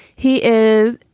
he is.